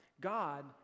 God